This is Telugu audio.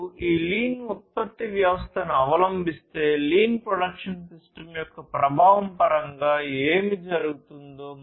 మీరు ఈ లీన్ ఉత్పత్తి వ్యవస్థను అవలంబిస్తే లీన్ ప్రొడక్షన్ సిస్టమ్ యొక్క ప్రభావం పరంగా ఏమి జరుగుతుందో